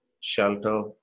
shelter